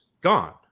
gone